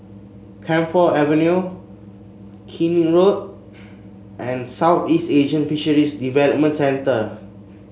Camphor Avenue Keene Road and Southeast Asian Fisheries Development Centre